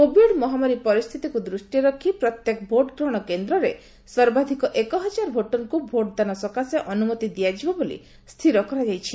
Covid ମହାମାରୀ ପରିସ୍ଥିତିକୁ ଦୃଷ୍ଟିରେ ରଖି ପ୍ରତ୍ୟେକ ଭୋଟ୍ ଗ୍ରହଣ କେନ୍ଦ୍ରରେ ସର୍ବାଧିକ ଏକହଜାର ଭୋଟରଙ୍କୁ ଭୋଟ୍ଦାନ ସକାଶେ ଅନୁମତି ଦିଆଯିବ ବୋଲି ସ୍ଥିର କରାଯାଇଛି